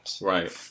Right